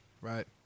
right